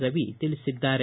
ರವಿ ತಿಳಿಸಿದ್ದಾರೆ